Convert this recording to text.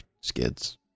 skids